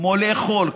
כמו לאכול,